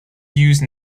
used